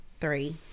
three